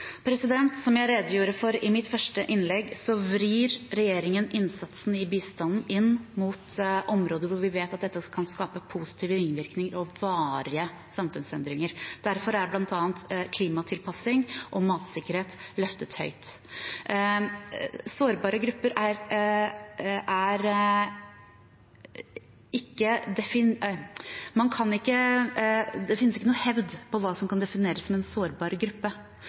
Som jeg redegjorde for i mitt første innlegg, vrir regjeringen innsatsen innen bistanden inn mot områder hvor vi vet at det kan skape positive ringvirkninger og varige samfunnsendringer. Derfor er bl.a. klimatilpassing og matsikkerhet løftet høyt. Det finnes ikke noe hevd på hva som kan defineres som en sårbar gruppe.